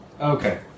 okay